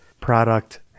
product